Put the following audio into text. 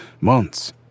months